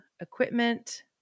equipment